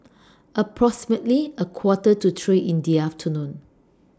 approximately A Quarter to three in The afternoon